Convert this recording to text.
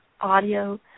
audio